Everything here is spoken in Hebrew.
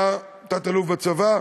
הוא היה תת-אלוף בצבא,